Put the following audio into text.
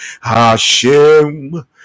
hashem